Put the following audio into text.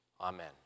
Amen